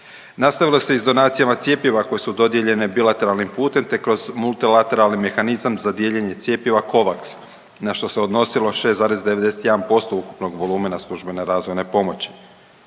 nastavilo se i s donacijama cjepiva koja su dodijeljena bilateralnim putem, te kroz multilateralni mehanizam za dijeljenje cjepiva COVAX, na što se odnosilo 6,91% ukupnog volumena službene razvojne pomoći.